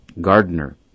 gardener